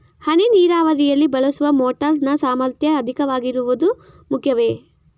ಹನಿ ನೀರಾವರಿಯಲ್ಲಿ ಬಳಸುವ ಮೋಟಾರ್ ನ ಸಾಮರ್ಥ್ಯ ಅಧಿಕವಾಗಿರುವುದು ಮುಖ್ಯವೇ?